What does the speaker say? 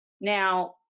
Now